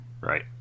Right